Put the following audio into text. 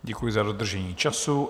Děkuji za dodržení času.